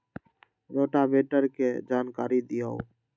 Rotavator के जानकारी दिआउ?